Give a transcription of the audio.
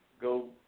go